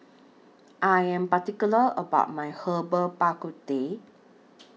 I Am particular about My Herbal Bak Ku Teh